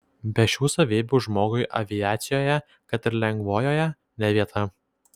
be šių savybių žmogui aviacijoje kad ir lengvojoje ne vieta